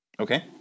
Okay